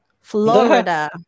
Florida